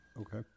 Okay